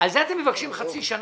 על זה אתם מבקשים חצי שנה?